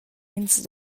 ins